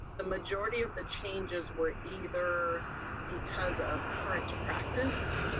the majority of the changes were either because of current practice,